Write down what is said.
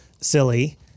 silly